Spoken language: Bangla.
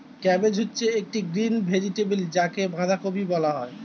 ক্যাবেজ হচ্ছে একটি গ্রিন ভেজিটেবল যাকে বাঁধাকপি বলা হয়